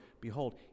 behold